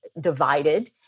divided